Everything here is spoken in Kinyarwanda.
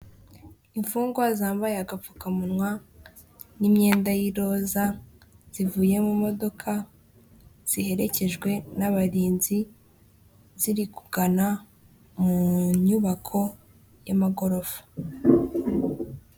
Imfungwa zambaye agapfukamunwa n'imyenda y'iroza zivuye mu modoka ziherekejwe n'abarinzi ziri kugana mu nyubako y'amagorofa.